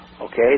Okay